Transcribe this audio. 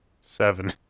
Seven